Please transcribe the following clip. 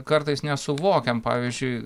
kartais nesuvokiam pavyzdžiui